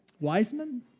Wiseman